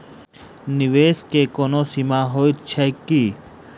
निवेश केँ कोनो सीमा होइत छैक की?